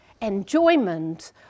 enjoyment